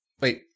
wait